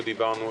דיברנו.